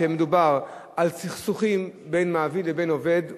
כשמדובר על סכסוכים בין מעביד לבין עובד וכדומה,